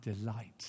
delight